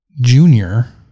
junior